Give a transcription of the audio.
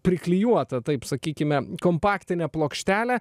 priklijuotą taip sakykime kompaktinę plokštelę